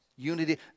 Unity